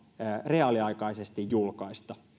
reaaliaikaisesti julkaista